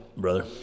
Brother